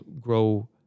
grow